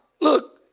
look